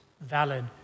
valid